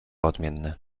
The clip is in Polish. odmienny